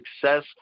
success